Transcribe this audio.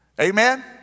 Amen